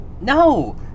no